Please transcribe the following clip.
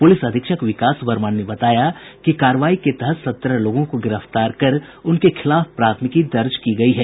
police अधीक्षक विकास वर्मन ने बताया कि कार्रवाई के तहत सत्रह लोगों को गिरफ्तार कर उनके खिलाफ प्राथमिकी दर्ज की गयी है